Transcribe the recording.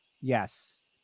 Yes